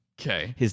Okay